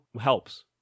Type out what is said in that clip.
helps